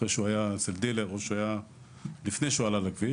אחרי שהוא היה אצל דילר ולפני שהוא עלה לכביש,